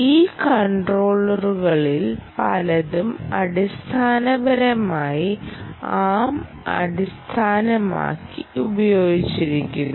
ഈ കൺട്രോളറുകളിൽ പലതും അടിസ്ഥാനപരമായി ആം അടിസ്ഥാനമായി ഉപയോഗിക്കുന്നു